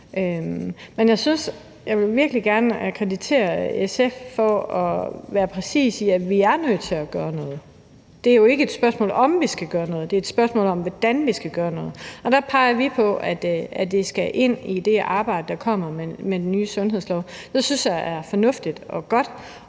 Jeg vil virkelig gerne kreditere SF for at være præcis, i forhold til at vi er nødt til at gøre noget. Det er ikke et spørgsmål, om vi skal gøre noget; det er et spørgsmål om, hvordan vi skal gøre noget. Og der peger vi på, at det skal ind i det arbejde, der kommer med den nye sundhedslov. Det synes jeg er fornuftigt og godt,